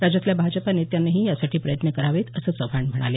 राज्यातल्या भाजपा नेत्यांनीही यासाठी प्रयत्न करावेत असं चव्हाण म्हणाले